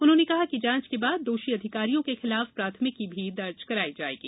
उन्होंने कहा कि जांच के बाद दोषी अधिकारियों के खिलाफ प्राथमिकी भी दर्ज कराई जायेगी